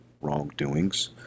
wrongdoings